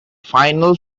final